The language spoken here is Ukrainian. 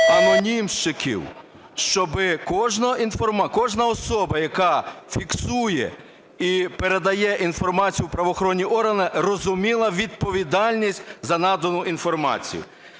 анонімщиків. Щоб кожна особа, яка фіксує і передає інформацію в правоохоронні органи, розуміла відповідальність за надану інформацію.